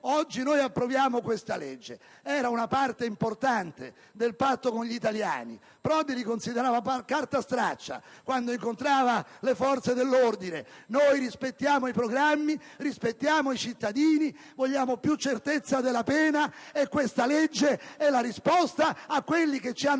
oggi approviamo questa legge che era una parte importante del patto con gli italiani. Prodi li considerava carta straccia quando incontrava le forze dell'ordine: noi rispettiamo i programmi, rispettiamo i cittadini, vogliamo più certezza della pena. Questa legge è la risposta a quelli che ci hanno